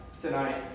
tonight